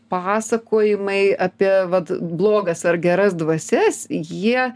pasakojimai apie vat blogas ar geras dvasias jie